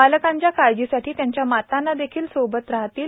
बालकांच्या काळजीसाठी त्यांच्या मातांदेखील सोबत राहतील